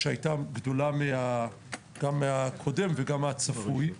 שהיתה גדולה גם ממה שהיה קודם וגם מהצפוי.